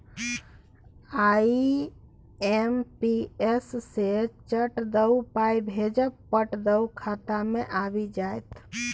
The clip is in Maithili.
आई.एम.पी.एस सँ चट दअ पाय भेजब आ पट दअ खाता मे आबि जाएत